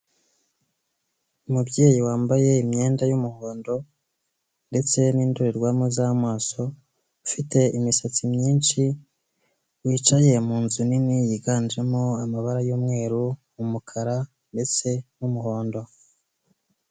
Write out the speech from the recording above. Umubyeyi wambaye imyenda y'umuhondo, ndetse nindorerwamo z'amaso afite imisatsi myinshi, wicaye mun nzu nini yiganjemo amabara y'umweru, umukara ndetse n'umuhondo.